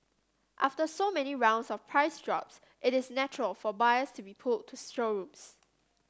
after so many rounds of price drops it is natural for buyers to be pulled to showrooms